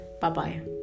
Bye-bye